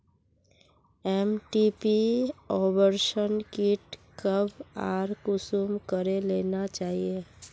MTP abortion kit कब आर कुंसम करे लेना चही?